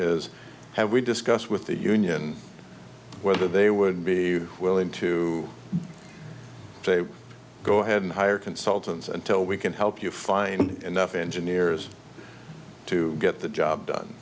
is have we discussed with the union whether they would be willing to go ahead and hire consultants until we can help you find enough engineers to get the job done